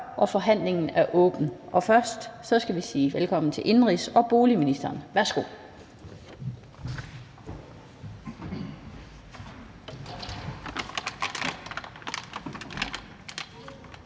Forhandlingen er åbnet. Vi skal først sige velkommen til indenrigs- og boligministeren. Værsgo.